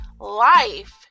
life